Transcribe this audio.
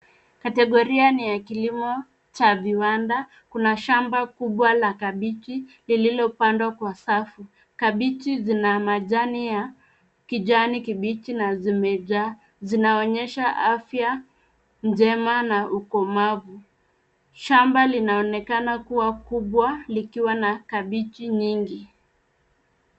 Kategoria ni ya kilimo cha viwanda. Kuna shamba kubwa la kabichi lililopandwa kwa safu. Kabichi zina majani ya kijani kibichi na zimejaa. Zinaonyesha afya njema na ukomavu. Shamba linaonekana kuwa kubwa likiwa na kabichi nyingi.